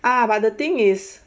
ah but the thing is